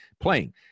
playing